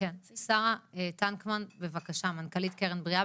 שרה טנקמן בבקשה, מנכ"לית "קרן בריאה".